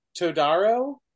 Todaro